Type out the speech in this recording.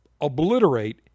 obliterate